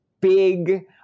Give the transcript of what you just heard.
big